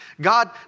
God